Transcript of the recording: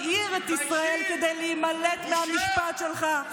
מבעיר את ישראל כדי להימלט מהמשפט שלך,